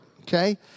okay